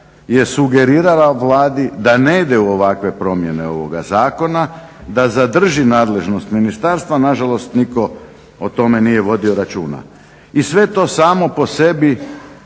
je sugerirala Vladi da ne ide u ovakve promjene ovoga zakona, da zadrži nadležnost ministarstva. Nažalost, nitko o tome nije vodio računa. I sve to samo po sebi